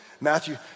Matthew